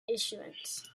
issuance